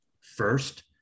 First